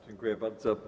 Dziękuję bardzo.